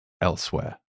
elsewhere